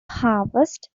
harvest